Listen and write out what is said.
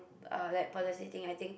uh like policy thing I think